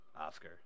Oscar